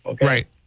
Right